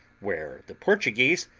where the portuguese,